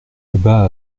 bas